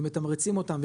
ומריצים אותם,